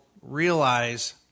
realize